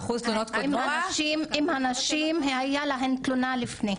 אם לנשים היו תלונות לפני.